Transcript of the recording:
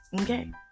Okay